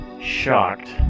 shocked